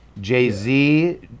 Jay-Z